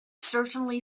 certainly